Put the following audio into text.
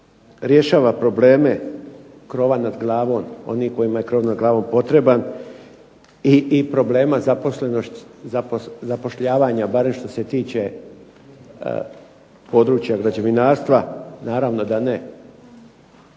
rješava probleme krova nad glavom onima kojima je krov nad glavom potreban i problema zapošljavanja barem što se tiče područja građevinarstva? Naravno da ne.